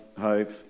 hope